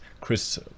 chris